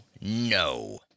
no